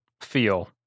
feel